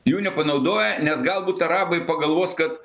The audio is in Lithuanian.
jų nepanaudoja nes galbūt arabai pagalvos kad